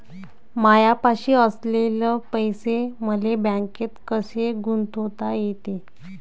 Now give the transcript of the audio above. मायापाशी असलेले पैसे मले बँकेत कसे गुंतोता येते?